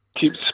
Keeps